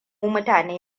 mutane